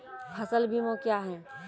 फसल बीमा क्या हैं?